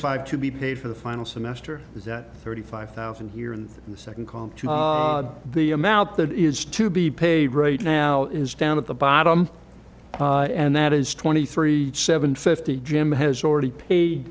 five to be paid for the final semester is that thirty five thousand here in the second column the i'm out that is to be paid right now is down at the bottom and that is twenty three seven fifty jim has already paid